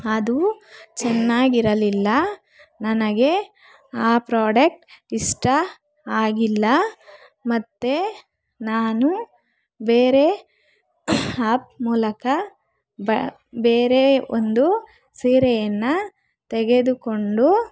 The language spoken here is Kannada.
ಅದು ಚೆನ್ನಾಗಿರಲಿಲ್ಲ ನನಗೆ ಆ ಪ್ರೊಡಕ್ಟ್ ಇಷ್ಟ ಆಗಿಲ್ಲ ಮತ್ತೆ ನಾನು ಬೇರೆ ಆ್ಯಪ್ ಮೂಲಕ ಬ್ಯಾ ಬೇರೆವೊಂದು ಸೀರೆಯನ್ನು ತೆಗೆದುಕೊಂಡು